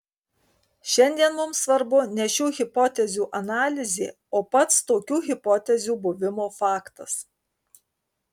šiandien mums svarbu ne šių hipotezių analizė o pats tokių hipotezių buvimo faktas